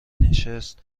مینشست